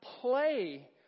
play